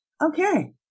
okay